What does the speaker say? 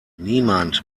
niemand